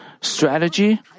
strategy